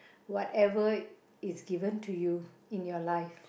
whatever is given to you in your life